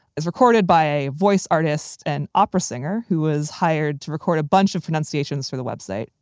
it's recorded by a voice artist, an opera singer who was hired to record a bunch of pronunciations for the website.